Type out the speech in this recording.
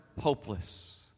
hopeless